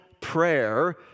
prayer